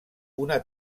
una